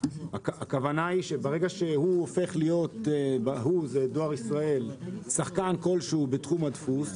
הכוונה היא שברגע שדואר ישראל הופך להיות שחקן כל שהוא בתחום הדפוס,